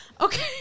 Okay